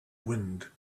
wind